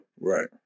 Right